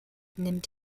nimmt